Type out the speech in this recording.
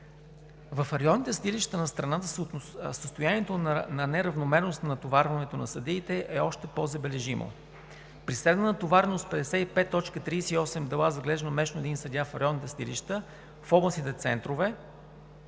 В районните съдилища на страната състоянието на неравномерност на натоварването на съдиите е още по-забележимо. При средна натовареност 55,38 дела за разглеждане месечно на един съдия в районните съдилища в областните центрове,